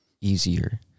easier